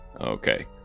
Okay